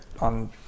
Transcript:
on